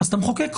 אתה מחוקק חוק.